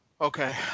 Okay